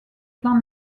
plan